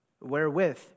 wherewith